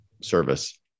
service